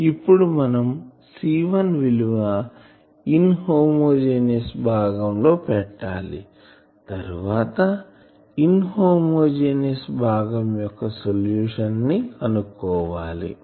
ఇప్పుడు మనం C1విలువ ఇన్ హోమోజీనియస్ భాగం లో పెట్టాలి తర్వాత ఇన్ హోమోజీనియస్ భాగం యొక్క సొల్యూషన్ ని కనుక్కోవాలి